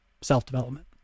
self-development